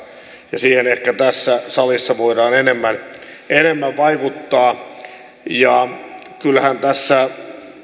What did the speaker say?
ja siihen ehkä tässä salissa voidaan enemmän enemmän vaikuttaa kyllähän tässä